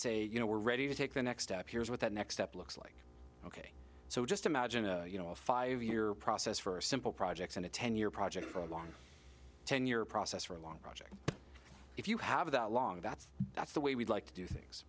say you know we're ready to take the next step here's what that next step looks like so just imagine you know a five year process for simple projects and a ten year project for a long tenure process for a long project if you have that long that's that's the way we like to do things